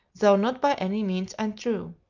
though not by any means untrue.